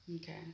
Okay